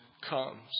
comes